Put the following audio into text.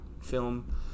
film